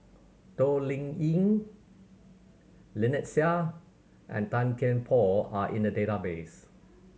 Toh Liying Lynnette Seah and Tan Kian Por are in the database